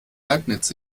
leibniz